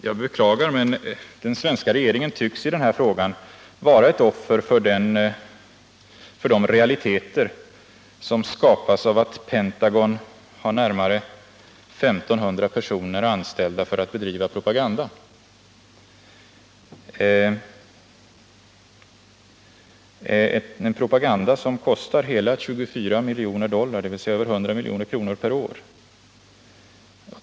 Jag beklagar, men den svenska regeringen tycks i denna fråga vara ett offer för de realiteter som skapas av att Pentagon har närmare 1 500 personer anställda för att bedriva propaganda, en propaganda som kostar hela 24 miljoner dollar, dvs. över 100 milj.kr., per år.